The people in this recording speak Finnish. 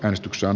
äänestyksen